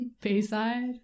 Bayside